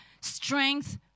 strength